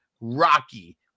rocky